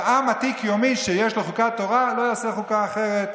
ועם עתיק יומין שיש לו חוקת תורה לא יעשה חוקה אחרת,